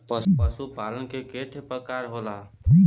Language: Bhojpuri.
पशु पालन के ठे परकार होला